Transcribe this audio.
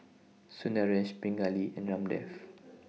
Sundaresh Pingali and Ramdev